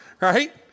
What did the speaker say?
right